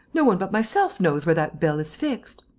no one but myself knows where that bell is fixed.